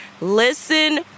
Listen